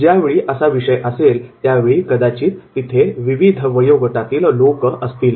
ज्यावेळी असा विषय असेल त्यावेळी कदाचित तिथे विविध वयोगटातील लोक असतील